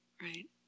Right